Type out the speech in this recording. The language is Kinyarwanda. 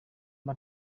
mba